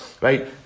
right